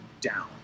down